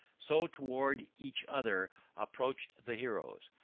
so towards each other approached the heroes.